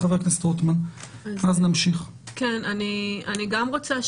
אני גם רוצה,